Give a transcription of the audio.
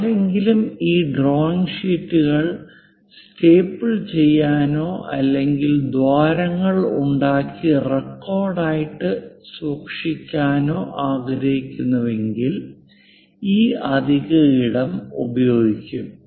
ആരെങ്കിലും ഈ ഡ്രോയിംഗ് ഷീറ്റുകൾ സ്റ്റേപ്പിൾ ചെയ്യാനോ അല്ലെങ്കിൽ ദ്വാരങ്ങൾ ഉണ്ടാക്കി റെക്കോർഡ് ആയിട്ട് സൂക്ഷിക്കാനോ ആഗ്രഹിക്കുന്നുവെങ്കിൽ ഈ അധിക ഇടം ഉപയോഗിക്കും